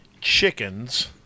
chickens